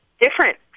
different